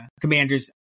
Commanders